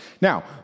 Now